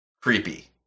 creepy